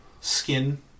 skin